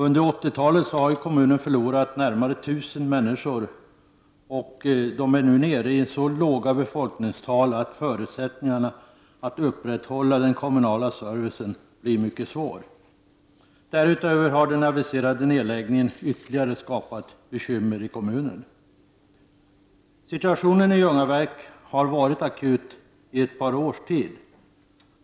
Under 1980-talet har kommunen förlorat närmare 1 000 människor, och kommunen är nu nere i så låga befolkningstal att förutsättningarna för att upprätthålla den kommunala servicen blir mycket små. Därutöver har den aviserade nedläggningen skapat ytterligare bekymmer i kommunen. Situationen i Ljungaverk har varit akut i ett par års tid.